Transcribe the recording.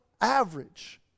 average